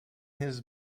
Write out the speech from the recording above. his